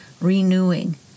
renewing